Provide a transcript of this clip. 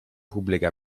pubblica